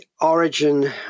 origin